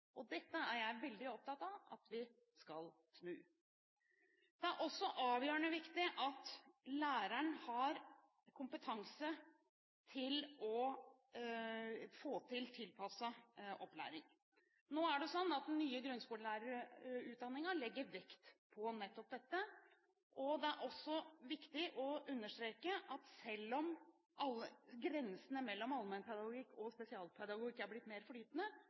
Dette er jeg veldig opptatt av at vi skal snu. Det er også avgjørende viktig at læreren har kompetanse til å få til tilpasset opplæring. Den nye grunnskolelærerutdanningen legger vekt på nettopp dette. Det er også viktig å understreke at selv om grensene mellom allmennpedagogikk og spesialpedagogikk er blitt mer flytende,